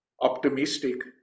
optimistic